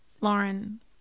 lauren